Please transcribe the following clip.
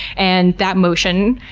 and that motion,